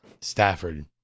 Stafford